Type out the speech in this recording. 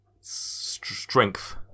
Strength